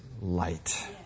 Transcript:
light